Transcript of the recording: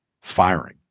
firing